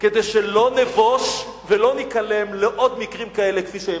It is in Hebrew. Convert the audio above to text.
כדי שלא נבוש ולא ניכלם מעוד מקרים כאלה כפי שהבאתי.